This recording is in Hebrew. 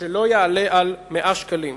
שלא יעלה על 100 שקלים.